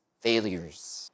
failures